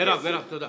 מירב, תודה.